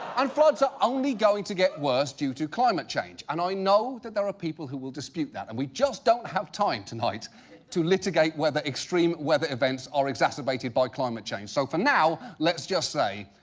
and floods are only going to get worse due to climate change. and i know that there are people who will dispute that, and we just don't have time tonight to litigate whether extreme-weather events are exacerbated by climate change. so for now, let's just say.